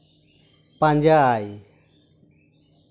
ᱯᱟᱸᱡᱟᱭ